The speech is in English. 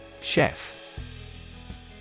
Chef